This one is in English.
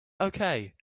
okay